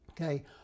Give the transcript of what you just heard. Okay